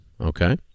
okay